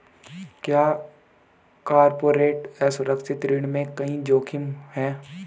क्या कॉर्पोरेट असुरक्षित ऋण में कोई जोखिम है?